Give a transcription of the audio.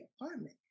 apartment